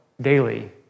daily